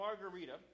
Margarita